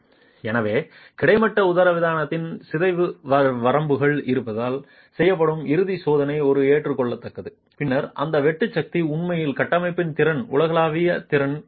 எனவே கிடைமட்ட உதரவிதானத்தின் சிதைவு வரம்புகள் இருந்தால் செய்யப்படும் இறுதி சோதனை இது ஏற்றுக்கொள்ளத்தக்கது பின்னர் அந்த வெட்டு சக்தி உண்மையில் கட்டமைப்பின் திறன் உலகளாவிய திறன் ஆகும்